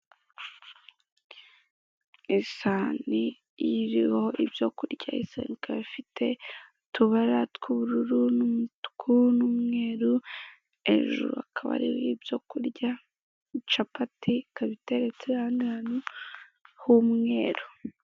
Isahani iriho ibyo kurya ndetse ikaba ifite utubara tw'ubururu n'umutuku n'umweru, hejuru hakaba hariho ibyo kurya, capati ikaba iteretse ahandi hantu h'umweru.